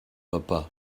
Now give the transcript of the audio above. papa